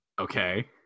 Okay